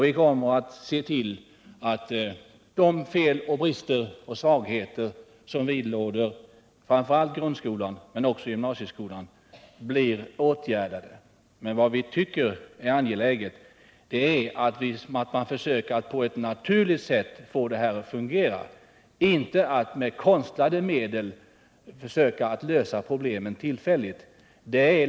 Vi kommer att arbeta för att de fel, brister och svagheter som vidlåder framför allt grundskolan men också gymnasieskolan blir åtgärdade. Vi tycker det är angeläget att man försöker få det att fungera på ett naturligt sätt och inte med konstlade medel.